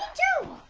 to